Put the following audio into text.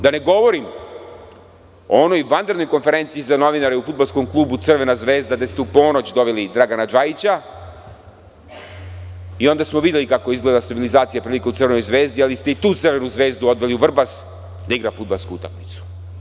Da ne govorim o onoj vanrednoj konferenciji za novinare u FK „Crvena zvezda“, gde ste u ponoć doveli Dragana Džajića i onda smo videli kako izgleda stabilizacija prilika u „Crvenoj zvezdi“, ali ste i tu „Crvenu zvezdu“ odveli u Vrbas da igra fudbalsku utakmicu.